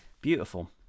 beautiful